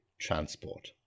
transport